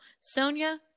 Sonia